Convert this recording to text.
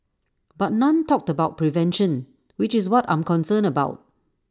but none talked about prevention which is what I'm concerned about